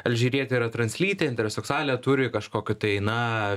alžyrietė yra translytė intereseksualė turi kažkokio tai na